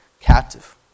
captive